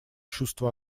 чувства